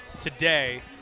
today